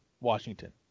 Washington